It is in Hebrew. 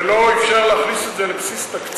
ולא אפשר להכניס את זה לבסיס תקציב,